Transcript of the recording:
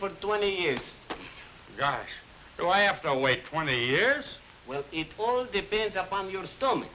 for twenty years got so i have to wait twenty years well it all depends upon your stomach